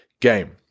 game